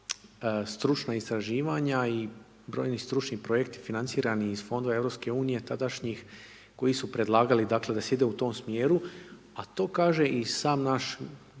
stručna istraživanja i brojni stručni projekti financirani iz Fondova EU tadašnjih koji su predlagali, dakle, da se ide u tome smjeru, a to kaže i sam naš